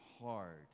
hard